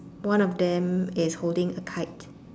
one of them is holding a kite